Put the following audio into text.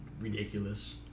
ridiculous